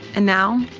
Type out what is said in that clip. and now,